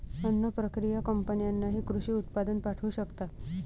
अन्न प्रक्रिया कंपन्यांनाही कृषी उत्पादन पाठवू शकतात